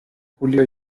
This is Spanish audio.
julio